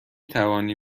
توانی